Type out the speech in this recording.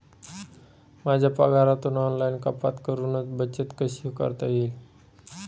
माझ्या पगारातून ऑनलाइन कपात करुन बचत कशी करता येईल?